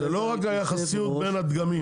זה לא רק היחסיות בין הדגמים.